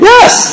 Yes